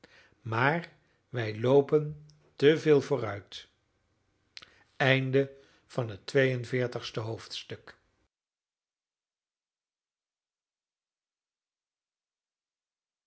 later maar wij loopen te veel vooruit drie en